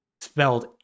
spelled